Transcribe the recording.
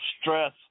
stress